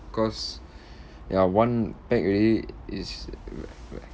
cause ya one pack already is